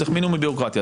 צריך מינימום בירוקרטיה.